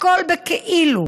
הכול בכאילו.